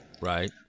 Right